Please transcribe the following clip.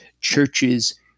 churches